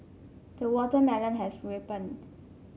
the watermelon has ripened